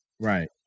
Right